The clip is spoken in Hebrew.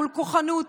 מול כוחנות.